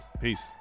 Peace